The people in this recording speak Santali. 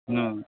ᱦᱮᱸ